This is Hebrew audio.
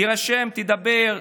תירשם, תדבר.